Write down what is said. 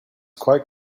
quite